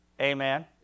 Amen